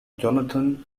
jonathan